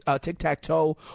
tic-tac-toe